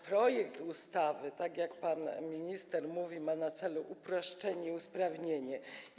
Projekt ustawy, tak jak pan minister mówił, ma na celu uproszczenie i usprawnienie systemu.